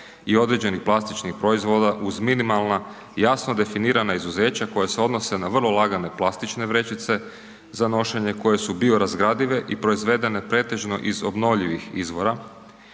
i određenih plastičnih proizvoda uz minimalna i jasno definira izuzeća koja se odnose na vrlo lagane plastične vrećice za nošenje koje su biorazgradive i proizvedeno pretežno iz obnovljivih izvora.